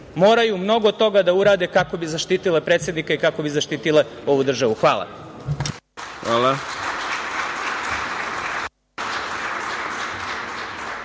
moraju mnogo toga da urade kako bi zaštitile predsednika i kako bi zaštitile ovu državu. Hvala